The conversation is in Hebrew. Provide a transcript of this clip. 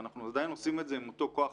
ואנחנו עדיין עושים את זה עם אותו כוח